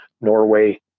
Norway